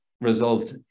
result